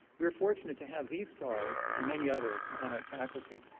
we were fortunate to have these stars and many others on our faculty.